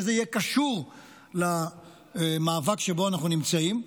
שזה יהיה קשור למאבק שבו אנחנו נמצאים,